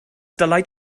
dylai